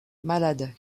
malade